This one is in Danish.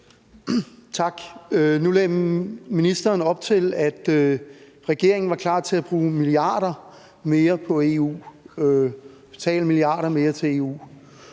Tak. Nu lagde ministeren op til, at regeringen var klar til at betale milliarder mere til EU. Det kommer måske som en